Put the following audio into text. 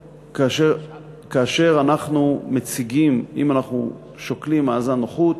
ואם אנחנו שוקלים מאזן נוחות,